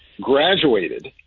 graduated